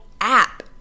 app